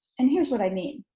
and here's what i mean.